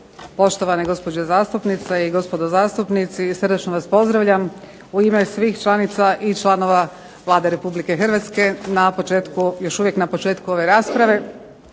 poštovane gospođe zastupnice i gospodo zastupnici. Srdačno vas pozdravljam u ime svih članica i članova Vlade Republike Hrvatske na početku, još uvijek na početku ove rasprave.